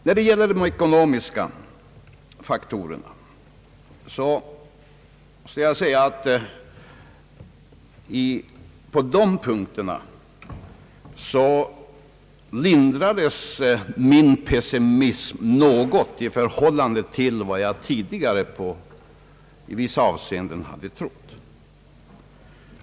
När det gäller de ekonomiska faktorerna lindrades min pessimism något i vissa avseenden.